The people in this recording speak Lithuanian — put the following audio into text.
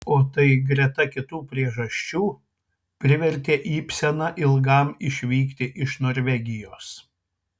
o tai greta kitų priežasčių privertė ibseną ilgam išvykti iš norvegijos